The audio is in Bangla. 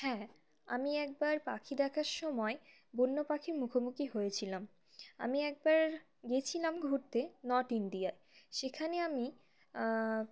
হ্যাঁ আমি একবার পাখি দেখার সময় বন্য পাখির মুখোমুখি হয়েছিলাম আমি একবার গিয়েছিলাম ঘুরতে নর্থ ইন্ডিয়ায় সেখানে আমি